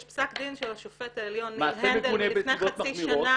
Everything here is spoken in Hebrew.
יש פסק דין של השופט העליון ניר הנדל מלפני חצי שנה